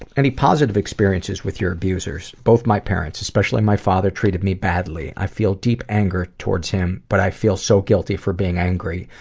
any positive experiences with your abusers? both my parents, especially my father, treated me badly. i feel deep anger towards him, but i feel so guilty for being angry.